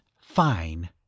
fine